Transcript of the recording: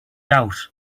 out